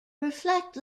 reflect